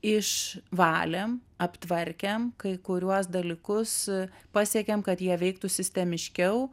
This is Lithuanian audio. išvalėm aptvarkėm kai kuriuos dalykus pasiekėm kad jie veiktų sistemiškiau